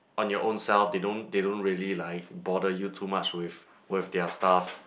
on your own self they don't they don't really like bother you too much with with their stuff